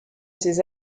ces